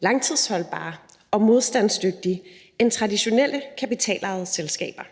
langtidsholdbare og modstandsdygtige end traditionelle kapitalejede selskaber.